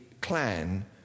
clan